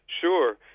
Sure